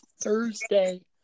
Thursday